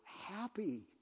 Happy